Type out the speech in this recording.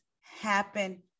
happen